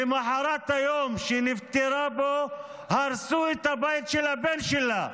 למוחרת היום שהיא נפטרה בו הרסו את הבית של הבן שלה.